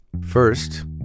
First